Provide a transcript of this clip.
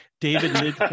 David